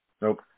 Nope